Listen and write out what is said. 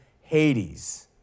Hades